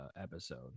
episode